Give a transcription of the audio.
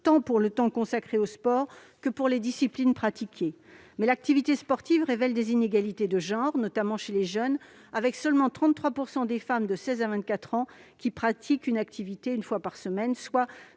en termes de temps consacré au sport que de disciplines pratiquées. L'activité sportive révèle des inégalités de genre, notamment chez les jeunes : seulement 33 % des femmes de 16 à 24 ans pratiquent un sport une fois par semaine, soit